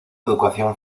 educación